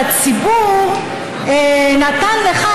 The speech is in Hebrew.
והציבור נתן לך,